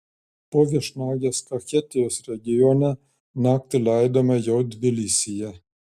po viešnagės kachetijos regione naktį leidome jau tbilisyje